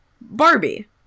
Barbie